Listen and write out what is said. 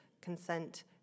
consent